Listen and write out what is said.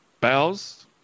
Bows